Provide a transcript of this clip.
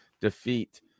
defeat